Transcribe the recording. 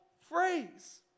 phrase